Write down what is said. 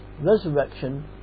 resurrection